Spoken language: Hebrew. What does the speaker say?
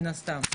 מן הסתם.